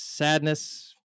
Sadness